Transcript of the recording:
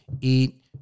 eat